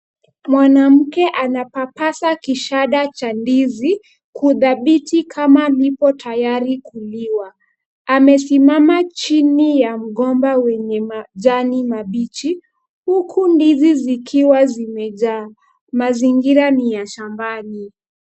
Mwanamke anapapasa kishada cha ndizi, kudhabiti kama lipo tayari kuliwa. Amesimama chini ya mgomba wenye majani mabichi, huku ndizi zikiwa zimejaa. Mazingira ni ya shambani.